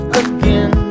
again